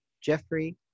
jeffrey